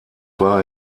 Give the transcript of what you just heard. war